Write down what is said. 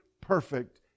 perfect